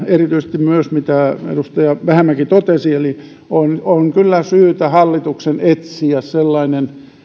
erityisesti siihen mitä edustaja vähämäki totesi eli on on kyllä syytä hallituksen etsiä sellainen